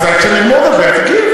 אם אתה לא תיתן